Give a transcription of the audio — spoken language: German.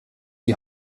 die